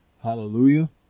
Hallelujah